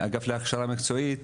מהאגף להכשרה מקצועית.